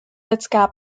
lidská